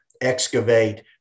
excavate